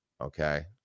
Okay